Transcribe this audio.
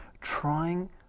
trying